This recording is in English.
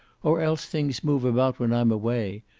or else things move about when i'm away.